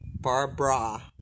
Barbara